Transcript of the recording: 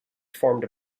formed